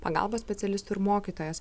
pagalbos specialistų ir mokytojos